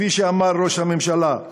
כפי שאמר ראש הממשלה,